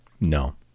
No